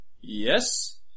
Yes